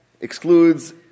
excludes